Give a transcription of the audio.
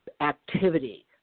activity